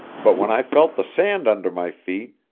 but when i felt the sand under my feet,